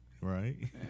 Right